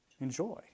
enjoy